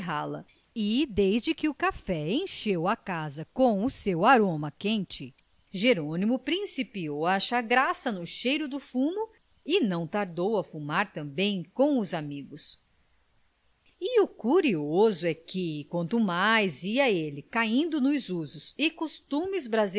rala e desde que o café encheu a casa com o seu aroma quente jerônimo principiou a achar graça no cheiro do fumo e não tardou a fumar também com os amigos e o curioso é que quanto mais ia ele caindo nos usos e costumes